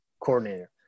coordinator